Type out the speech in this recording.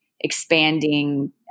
expanding